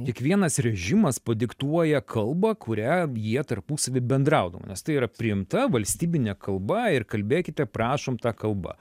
kiekvienas režimas padiktuoja kalbą kurią jie tarpusavy bendraudavo nes tai yra priimta valstybinė kalba ir kalbėkite prašom ta kalba